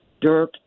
dirt